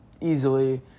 easily